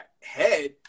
head